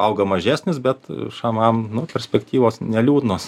auga mažesnis bet šamam nu perspektyvos neliūdnos